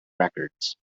records